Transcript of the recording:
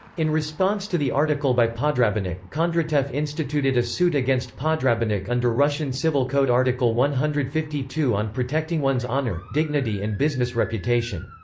in response to the article by podrabinek, kondratev instituted a suit against podrabinek under russian civil code article one hundred and fifty two on protecting one's honor, dignity and business reputation.